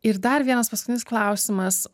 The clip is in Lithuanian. ir dar vienas paskutinis klausimas